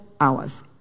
hours